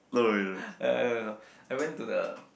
I don't know I went to the